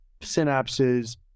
synapses